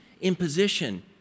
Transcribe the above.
imposition